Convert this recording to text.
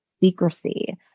secrecy